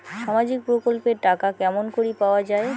সামাজিক প্রকল্পের টাকা কেমন করি পাওয়া যায়?